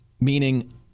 meaning